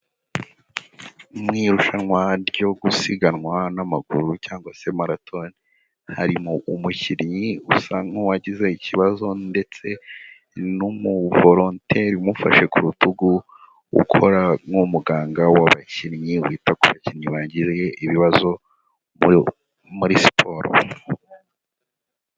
Mu irushanwa ryo gusiganwa n'amaguru cyangwa se marato, harimo umukinnyi usa nk'uwagize ikibazo ndetse n'umuvolonteri umufashe ku rutugu, ukora nk'umuganga w'abakinnyi, wita ku bakinnyi bagiriye ibibazo muri siporo.